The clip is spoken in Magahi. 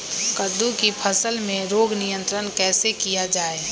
कददु की फसल में रोग नियंत्रण कैसे किया जाए?